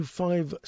five